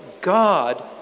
God